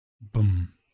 Boom